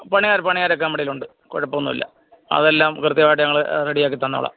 പണിക്കാര് പണിക്കാരൊക്കെ നമ്മുടെ കയ്യിലുണ്ട് കുഴപ്പമൊന്നുമില്ല അതെല്ലാം കൃത്യമായിട്ട് ഞങ്ങള് റെഡിയാക്കിത്തന്നുകൊള്ളാം